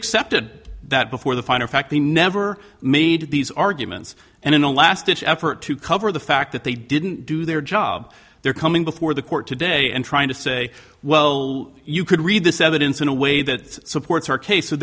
accepted that before the final fact they never made these arguments and in a last ditch effort to cover the fact that they didn't do their job they're coming before the court today and trying to say well you could read this evidence in a way that supports our case so